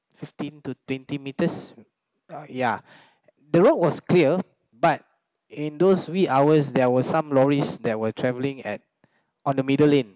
fifteen to twenty meters ya the road was clear but in those wee hours there were some lorries that were traveling at on the middle lane